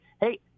Hey